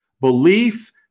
Belief